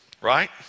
Right